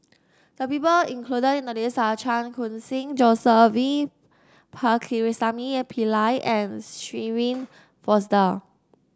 the people included in the list are Chan Khun Sing Joseph V Pakirisamy Pillai and Shirin Fozdar